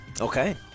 Okay